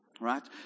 Right